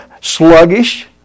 sluggish